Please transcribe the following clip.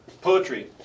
poetry